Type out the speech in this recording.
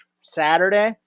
saturday